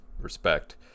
respect